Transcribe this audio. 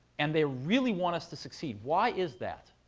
and they really want us to succeed. why is that?